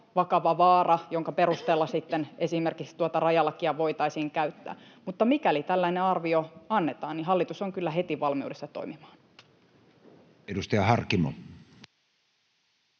vakava vaara, jonka perusteella esimerkiksi tuota rajalakia voitaisiin käyttää. Mutta mikäli tällainen arvio annetaan, hallitus on kyllä heti valmiudessa toimimaan. [Speech 46]